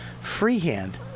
Freehand